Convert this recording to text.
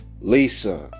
lisa